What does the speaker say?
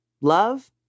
love